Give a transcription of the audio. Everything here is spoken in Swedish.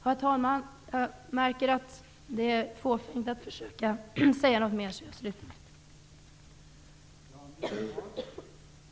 Herr talman, jag märker att det är fåfängt att försöka säga något mer på grund av röstproblem, så jag slutar här.